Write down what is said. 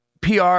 PR